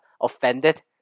Offended